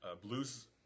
blues